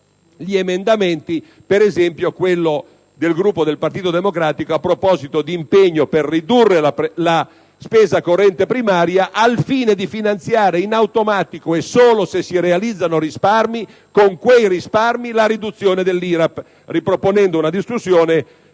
gli emendamenti. Penso, per esempio, a quello del Gruppo del PD a proposito di impegno per ridurre la spesa corrente primaria, al fine di finanziare in automatico - e solo se si realizzano risparmi - con quei risparmi la riduzione dell'IRAP, riproponendo così una discussione